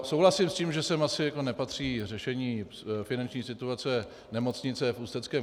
Souhlasím s tím, že sem asi nepatří řešení finanční situace nemocnice v Ústeckém kraji.